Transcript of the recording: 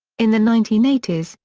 in the nineteen eighty s,